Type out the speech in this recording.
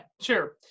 sure